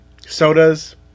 sodas